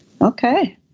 Okay